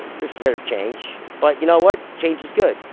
they're scared of change. but you know what? change is good.